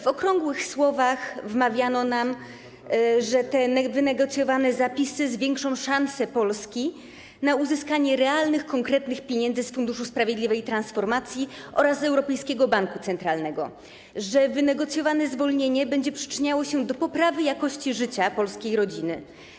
W okrągłych słowach wmawiano nam, że wynegocjowane zapisy zwiększą szansę Polski na uzyskanie realnych, konkretnych pieniędzy z funduszu sprawiedliwej transformacji oraz Europejskiego Banku Centralnego i że wynegocjowane zwolnienie będzie przyczyniało się do poprawy jakości życia polskiej rodziny.